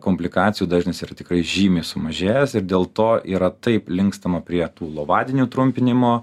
komplikacijų dažnis yra tikrai žymiai sumažėjęs ir dėl to yra taip linkstama prie tų lovadienių trumpinimo